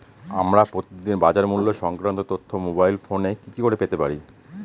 আমরা প্রতিদিন বাজার মূল্য সংক্রান্ত তথ্য মোবাইল ফোনে কি করে পেতে পারি?